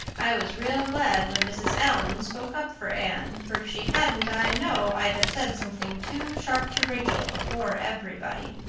i was real glad when mrs. allan spoke up for anne, for if she hadn't i know i'd have said something too sharp to rachel before everybody.